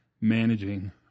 managing